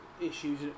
issues